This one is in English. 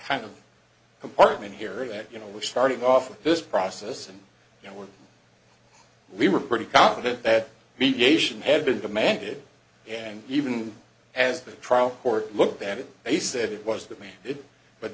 kind of compartment here that you know we're starting off this process and you know we're we were pretty confident that mediation had been demanded and even as the trial court looked at it they said it was that made it but